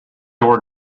were